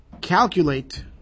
calculate